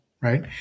Right